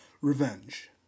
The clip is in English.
Revenge